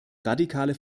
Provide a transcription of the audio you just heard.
radikale